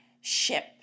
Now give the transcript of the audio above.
ship